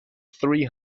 three